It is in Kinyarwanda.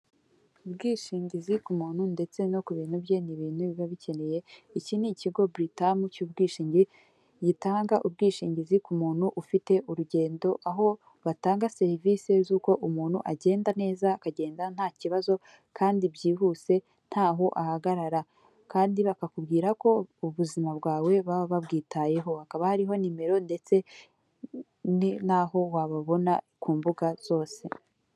Ubwishingizi ku muntu ndetse no ku bintu bye ni ibintu biba bikeneye iki ni ikigo buritamu cy'ubwishingi gitanga ubwishingizi ku muntu ufite urugendo aho batanga serivisi z'uko umuntu agenda neza akagenda nta kibazo kandi byihuse ntaho ahagarara kandi bakakubwira ko ubuzima bwawe baba babwitayeho hakaba hariho nimero ndetse naho wababona ku mbuga zose.